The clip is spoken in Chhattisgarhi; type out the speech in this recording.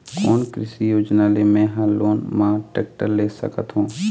कोन कृषि योजना ले मैं हा लोन मा टेक्टर ले सकथों?